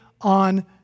on